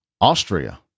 Austria